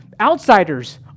outsiders